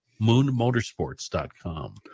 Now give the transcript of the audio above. MoonMotorsports.com